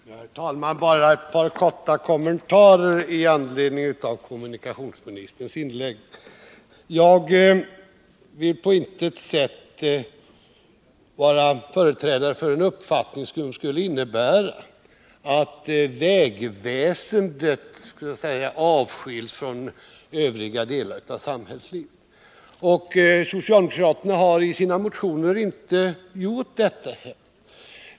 Herr talman! Jag vill bara göra ett par korta kommentarer med anledning av kommunikationsministerns inlägg. Jag vill på intet sätt vara företrädare för en uppfattning som skulle innebära att vägväsendet skulle avskiljas från övriga delar av samhällslivet. Och socialdemokraterna har i sina motioner inte hävdat denna uppfattning.